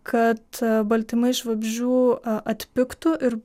kad baltymai iš vabzdžių atpigtų ir